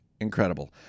incredible